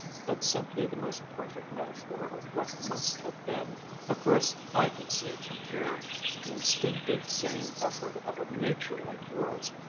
but simply the most perfect metaphor of what must have been of course, i can see it from here the instinctive sane effort of a nature like yours.